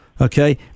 Okay